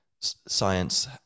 science